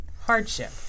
hardship